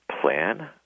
plan